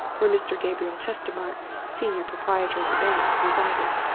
where mr. gabriel chestermarke, senior proprietor of the bank, resided.